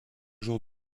jours